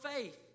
faith